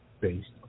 based